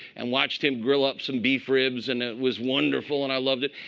and watched him grill up some beef ribs. and it was wonderful. and i loved it.